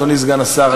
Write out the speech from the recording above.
אדוני סגן השר,